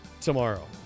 tomorrow